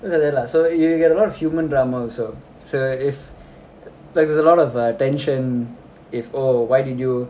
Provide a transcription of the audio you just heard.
so it's like that lah so if yo~ you get a lot of human drama also so if like there's a lot of uh tension if oh why did you